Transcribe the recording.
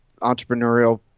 entrepreneurial